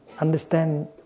understand